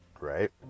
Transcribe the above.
right